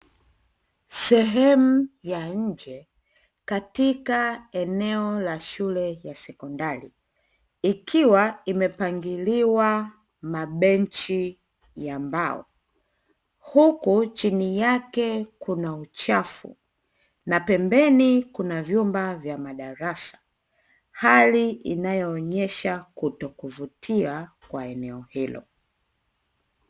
Sehemu ya nje katika eneo la shule ya sekondari ikiwa imepangiliwa mabenchi ya mbao huku chini yake kuna uchafu na pembeni kuna vyumba vya madarasa. Hali inayoonyesha kutokuvutia kwa eneo hilo.